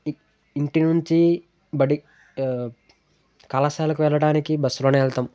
ఇంటి నుంచి బడి కళాశాలకు వెళ్ళడానికి బస్సులోనే వెళ్తాం